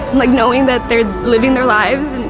like knowing that they're living their lives.